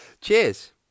cheers